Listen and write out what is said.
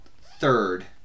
third